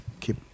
keep